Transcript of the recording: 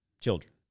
children